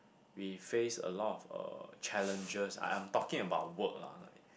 we face a lot of uh challenges I'm talking about work lah like